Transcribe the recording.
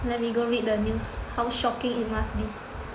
let me go read the news how shocking it must be